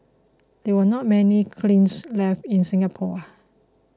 there are not many kilns left in Singapore